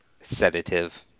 sedative